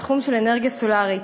בתחום של אנרגיה סולרית,